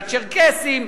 לצ'רקסים,